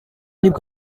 nibwo